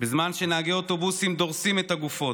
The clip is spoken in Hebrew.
בזמן שנהגי האוטובוסים דורסים את הגופות.